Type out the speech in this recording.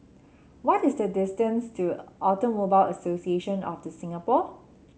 what is the distance to Automobile Association of The Singapore